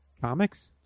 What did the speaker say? comics